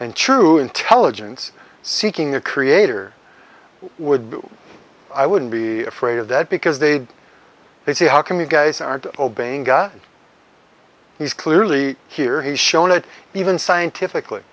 and true intelligence seeking a creator would be i wouldn't be afraid of that because they'd they say how come you guys aren't obeying god he's clearly here he's shown it even scientifically